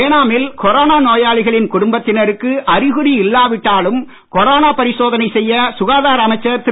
ஏனாமில் கொரோனா நோயாளிகளின் குடும்பத்தினருக்கு அறிகுறி இல்லா விட்டாலும் கொரோனா பரிசோதனை செய்ய சுகாதார அமைச்சர் திரு